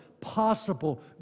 possible